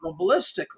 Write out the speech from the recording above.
probabilistically